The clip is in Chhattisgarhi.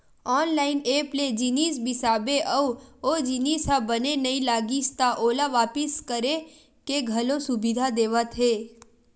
ऑनलाइन ऐप ले जिनिस बिसाबे अउ ओ जिनिस ह बने नइ लागिस त ओला वापिस करे के घलो सुबिधा देवत हे